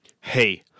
Hey